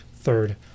third